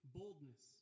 boldness